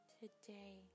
today